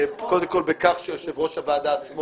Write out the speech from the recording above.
קודם כול בכך שיושב-ראש הוועדה עצמו